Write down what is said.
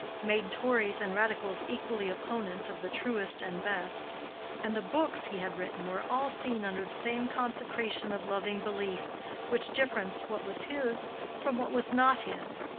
made tories and radicals equally opponents of the truest and best and the books he had written were all seen under the same consecration of loving belief which differenced what was his from what was not his,